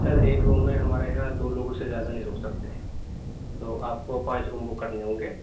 سر ایک روم میں ہمارے یہاں دو لوگوں سے زیادہ نہیں رُک سکتے تو آپ کو پانچ روم بک کرنے ہوں گے